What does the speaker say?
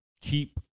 keep